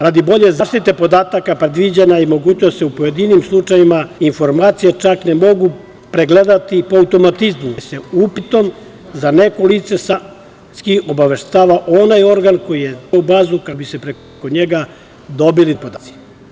Radi bolje zaštite podataka, predviđena je i mogućnost da se u pojedinim slučajevima informacije, čak ne mogu pregledati po automatizmu, već se upitom za neko lice samo automatski obaveštava onaj organ koji je te podatke uneo u bazu, kako bi se preko njega dobili traženi podaci.